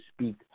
speak